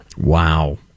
Wow